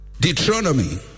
Deuteronomy